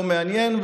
לא מעניין,